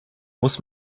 muss